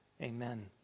Amen